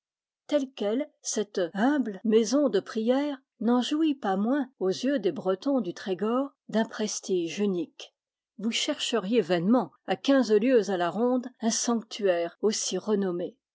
telle quelle cette humble maison de prière n'en jouit pas moins aux yeux des bretons du trégor d'un prestige unique vous cher cheriez vainement à quinze lieues à la ronde un sanctuaire aussi renommé